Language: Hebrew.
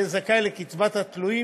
יהיה זכאי לקצבת התלויים